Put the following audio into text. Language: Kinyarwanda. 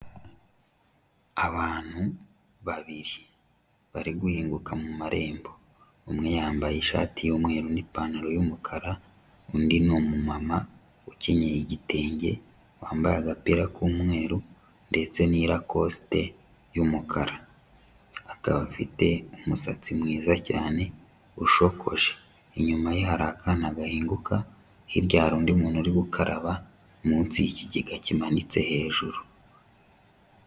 Abantu babiri bari guhinguka mu marembo. Umwe yambaye ishati y'umweru n'ipantaro y'umukara, undi ni umumama ukenyeye igitenge, wambaye agapira k'umweru ndetse n'irakosite y'umukara, akaba afite umusatsi mwiza cyane ushokoje. Inyuma ye hari akana gahinguka. Hirya hari undi muntu uri gukaraba, munsi y'ikigega kimanitse hejuru.